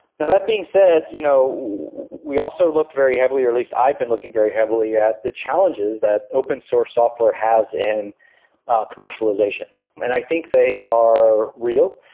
now that being said, you know we also looked very heavily, or at least i've been looking very heavily at the challenges that open source software has in commercialization. and i think they are real,